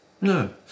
No